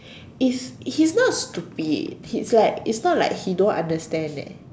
is he's not stupid he's like it's not like he don't understand eh